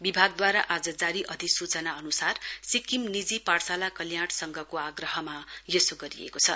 विभागद्वारा आज जारी अधिसूचना अनुसार सिक्किम निजी पाठशाला कल्याण संघको आग्रहमा यसो गरिएको छ